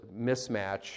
mismatch